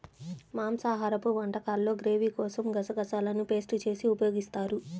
మాంసాహరపు వంటకాల్లో గ్రేవీ కోసం గసగసాలను పేస్ట్ చేసి ఉపయోగిస్తారు